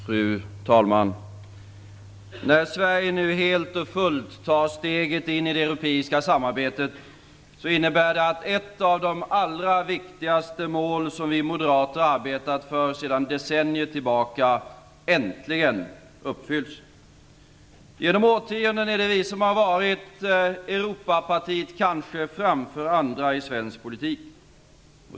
Fru talman! När Sverige nu helt och fullt tar steget in i det europeiska samarbetet, innebär det att ett av de allra viktigaste mål som vi moderater har arbetat för sedan decennier tillbaka äntligen uppfylls. Genom årtionden är det vi som har varit Europapartiet - kanske framför andra - i svensk politik.